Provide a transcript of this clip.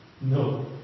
No